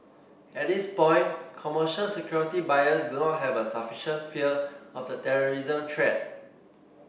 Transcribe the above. at this point commercial security buyers do not have a sufficient fear of the terrorism threat